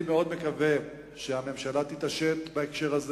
אני מאוד מקווה שהממשלה תתעשת בהקשר הזה